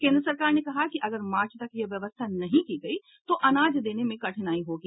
केन्द्र सरकार ने कहा कि अगर मार्च तक यह व्यवस्था नहीं की गयी तो अनाज देने में कठिनाई होगी